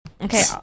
okay